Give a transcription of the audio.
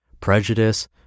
prejudice